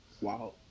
Wow